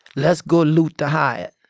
let's go loot the hyatt.